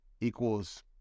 equals